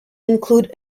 include